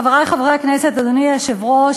חברי חברי הכנסת, אדוני היושב-ראש,